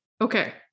Okay